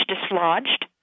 dislodged